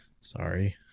Sorry